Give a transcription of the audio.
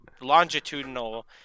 Longitudinal